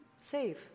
safe